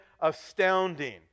astounding